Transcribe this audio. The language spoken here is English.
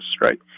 right